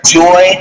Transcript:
joy